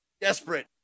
desperate